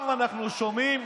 הם יתאמו ביניהם,